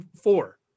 four